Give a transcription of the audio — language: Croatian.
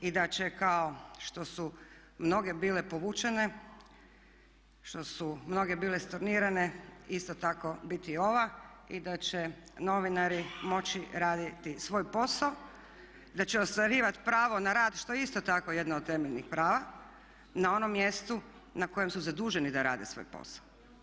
I da će kao što su mnoge bile povučene, što su mnoge bile stornirane isto tako biti i ova i da će novinari moći raditi svoj posao, da će ostvarivati pravo na rad što je isto tako jedna od temeljnih prava na onom mjestu na kojem su zaduženi da rade svoj posao.